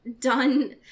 done